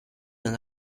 d’un